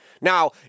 Now